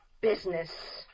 business